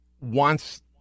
wants